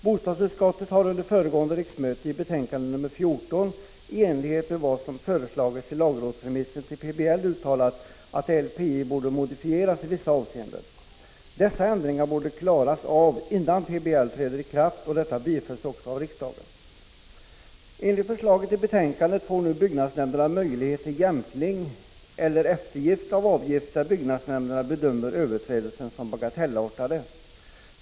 Bostadsutskottet har under föregående riksmöte i betänkande 14 i enlighet med vad som föreslagits i lagrådsremissen till PBL uttalat, att LPI borde modifieras i vissa avseenden. Dessa ändringar borde klaras av innan PBL träder i kraft. Detta bifölls också av riksdagen. Enligt förslaget i betänkandet får nu byggnadsnämnderna möjlighet att medge jämkning eller eftergift av avgift där byggnadsnämnderna bedömer överträdelserna som bagatellartade.